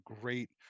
great